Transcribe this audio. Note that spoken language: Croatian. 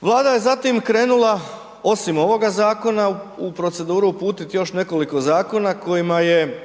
Vlada je zatim krenula osim ovoga zakona u proceduru uputiti još nekoliko zakona kojima je